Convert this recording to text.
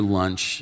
lunch